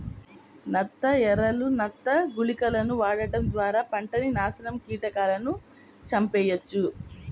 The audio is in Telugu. నత్త ఎరలు, నత్త గుళికలను వాడటం ద్వారా పంటని నాశనం కీటకాలను చంపెయ్యొచ్చు